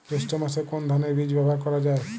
জৈষ্ঠ্য মাসে কোন ধানের বীজ ব্যবহার করা যায়?